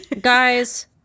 guys